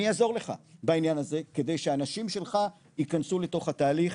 אני אעזור לך בעניין הזה כדי שאנשים שלך יכנסו לתוך התהליך,